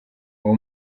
uwo